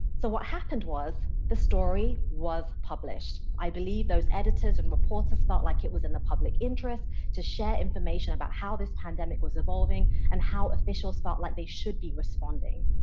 so what happened was the story was published. i believe those editors and reporters felt like it was in the public interest to share information about how this pandemic was evolving evolving and how official felt like they should be responding.